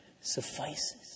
suffices